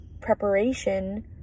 preparation